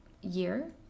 year